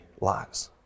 lives